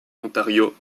ontario